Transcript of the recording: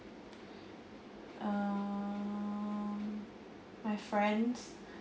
um my friends